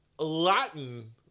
Latin